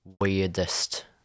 weirdest